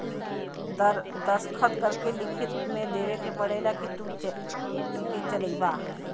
दस्खत करके लिखित मे देवे के पड़ेला कि तू इके चलइबा